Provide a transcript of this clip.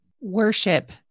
worship